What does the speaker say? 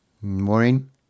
Maureen